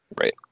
Right